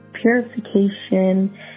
purification